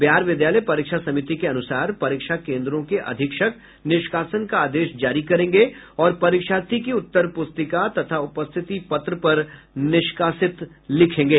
बिहार विद्यालय परीक्षा समिति के अनुसार परीक्षा केन्द्रों के अधीक्षक निष्कासन का आदेश जारी करेंगे और परीक्षार्थी की उत्तर पुस्तिका तथा उपस्थिति पत्र पर निष्कासित लिखेंगे